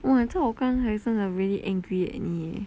!wah! 我真的刚才真的 really angry at 你 eh